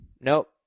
Nope